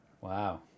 Wow